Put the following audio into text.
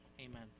Amen